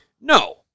no